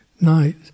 night